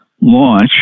launch